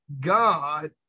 God